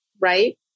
Right